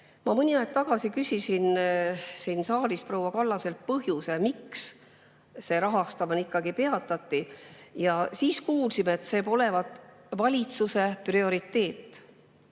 Ma mõni aeg tagasi küsisin siin saalis proua Kallaselt põhjust, miks see rahastamine ikkagi peatati. Siis kuulsime, et see polevat valitsuse prioriteet.